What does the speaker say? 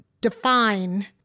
define